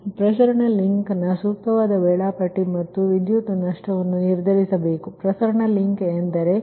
ಆದ್ದರಿಂದ ಪ್ರಸರಣ ಲಿಂಕ್ನ ಸೂಕ್ತವಾದ ಶೆಡ್ಯೂಲಿಂಗ್ಮತ್ತು ವಿದ್ಯುತ್ ನಷ್ಟವನ್ನು ನಿರ್ಧರಿಸಬೇಕು ಪ್ರಸರಣ ಲಿಂಕ್ ಎಂದರೆ ಈ ಲೈನ್ ನಷ್ಟ ಪ್ರಸರಣ ಲಿಂಕ್